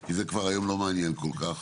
כי זה כבר היום לא מעניין כל כך.